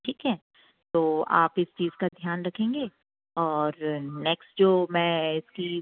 ठीक है तो आप इस चीज़ का ध्यान रखेंगे और नेक्स्ट जो मैं इसकी